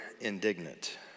indignant